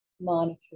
monitor